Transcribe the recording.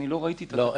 לא ראיתי את הדבר הזה.